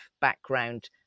background